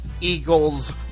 Eagles